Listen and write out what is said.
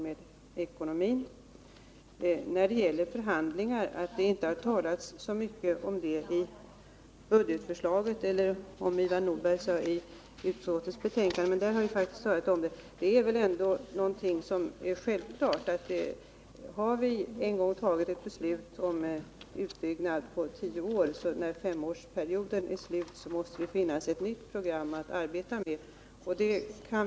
Den andra skillnaden som Ivar Nordberg påtalade gällde förhandlingarna med Kommunförbundet och frågan om huruvida det har talats om sådana i budgetförslaget — Ivar Nordberg sade att detta inte hade berörts i utskottsbetänkandet, men där har frågan behandlats. Till detta vill jag säga att det väl ändå är någonting självklart att om vi en gång har fattat ett beslut om en utbyggnad under en tioårsperiod, så måste det, när en femårsperiod är slut, finnas ett nytt program att arbeta efter.